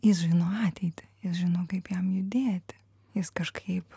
jis žino ateitį jis žino kaip jam judėti jis kažkaip